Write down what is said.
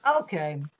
Okay